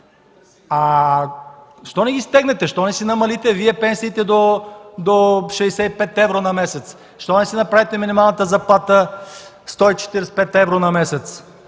Защо не ги стегнете?! Защо не си намалите вие пенсиите до 65 евро на месец? Защо не си направите минималната заплата 145 евро на месец?